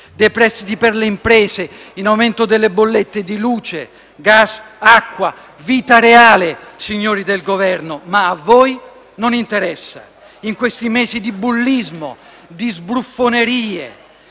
prestiti per le imprese, in aumento delle bollette di luce, acqua e gas*.* È vita reale, signori del Governo. Ma a voi non interessa. In questi mesi di bullismo, di sbruffonerie